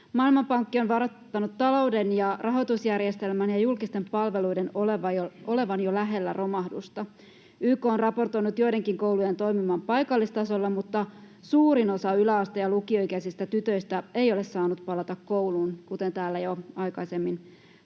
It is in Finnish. Maailmanpankki on varoittanut talouden ja rahoitusjärjestelmän ja julkisten palveluiden olevan jo lähellä romahdusta. YK on raportoinut joidenkin koulujen toimivan paikallistasolla, mutta suurin osa yläaste‑ ja lukioikäisistä tytöistä ei ole saanut palata kouluun, kuten täällä jo aikaisemmin